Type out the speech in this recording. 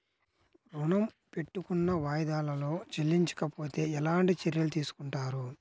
ఋణము పెట్టుకున్న వాయిదాలలో చెల్లించకపోతే ఎలాంటి చర్యలు తీసుకుంటారు?